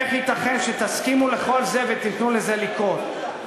איך ייתכן שתסכימו לכל זה ותיתנו לזה לקרות?